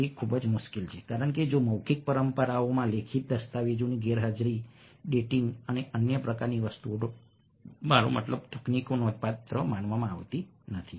તે ખૂબ જ મુશ્કેલ છે કારણ કે જો મૌખિક પરંપરાઓમાં લેખિત દસ્તાવેજોની ગેરહાજરી ડેટિંગ અને અન્ય પ્રકારની વસ્તુઓનો મારો મતલબ તકનીકો નોંધપાત્ર માનવામાં આવતી નથી